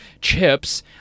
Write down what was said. chips